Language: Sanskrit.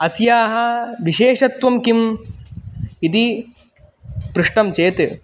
अस्याः विशेषत्वं किम् इति पृष्टं चेत्